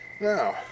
Now